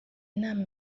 inama